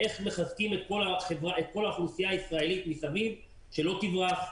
צריך לראות איך מחזקים את כל האוכלוסייה הישראלית מסביב שלא תברח,